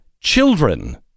children